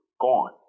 gone